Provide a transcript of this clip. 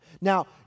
Now